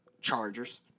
Chargers